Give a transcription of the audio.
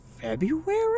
February